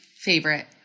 Favorite